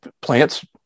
plants